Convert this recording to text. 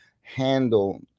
handle